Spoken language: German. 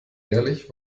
ehrlich